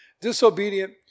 Disobedient